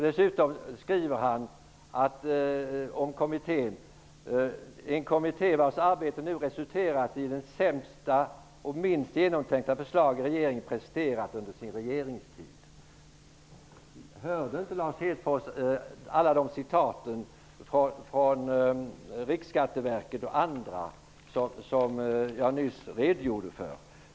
Dessutom skriver han om kommittén: ''en kommitté, vars arbete nu resulterat i -- de sämsta och minst genomtänkta förslag regeringen presenterat under sin regeringstid.'' Hörde inte Lars Hedfors alla de citat från Riksskatteverket och andra som jag nyss redogjorde för.